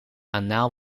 anaal